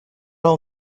all